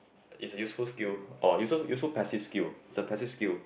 is a useful skill or useful useful passive skill is a passive skill